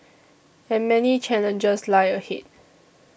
and many challenges lie ahead